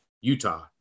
Utah